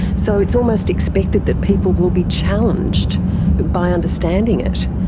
so it's almost expected that people will be challenged by understanding it.